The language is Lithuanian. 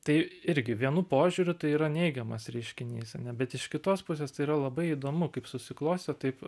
tai irgi vienu požiūriu tai yra neigiamas reiškinys bet iš kitos pusės tai yra labai įdomu kaip susiklostė taip